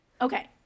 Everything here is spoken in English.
Okay